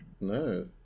No